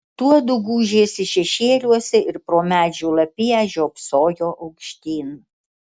tuodu gūžėsi šešėliuose ir pro medžių lapiją žiopsojo aukštyn